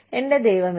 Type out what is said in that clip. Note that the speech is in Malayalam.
എന്റെ ദൈവമേ